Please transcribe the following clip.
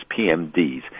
PMDs